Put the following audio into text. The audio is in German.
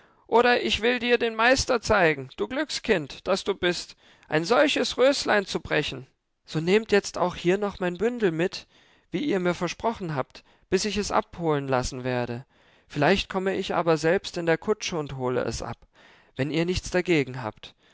oder ich will dir den meister zeigen du glückskind das du bist ein solches röslein zu brechen so nehmt jetzt auch hier noch mein bündel mit wie ihr mir versprochen habt bis ich es abholen lassen werde vielleicht komme ich aber selbst in der kutsche und hole es ab wenn ihr nichts dagegen habt